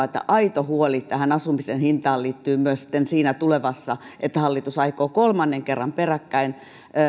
että aito huoli tähän asumisen hintaan liittyy myös sitten siinä tulevassa että hallitus aikoo kolmannen kerran peräkkäin